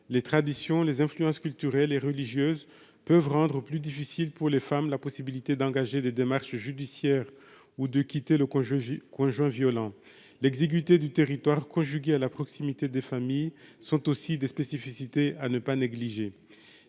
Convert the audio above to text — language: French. les traditions, les influences culturelles et religieuses peuvent rendre plus difficile pour les femmes, la possibilité d'engager des démarches judiciaires ou de quitter le coin Jogi coin juin violent l'exiguïté du territoire, conjuguée à la proximité des familles sont aussi des spécificités à ne pas négliger